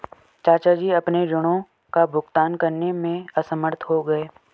चाचा जी अपने ऋणों का भुगतान करने में असमर्थ हो गए